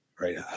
right